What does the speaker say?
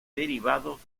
derivados